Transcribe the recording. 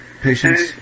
patients